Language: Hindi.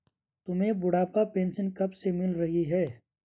तुम्हें बुढ़ापा पेंशन कब से मिल रही है?